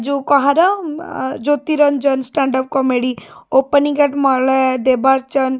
ଯେଉଁ କାହାର Jyotiranjan stand up comedy opening at Malay ଦେବାର ଚନ୍ଦ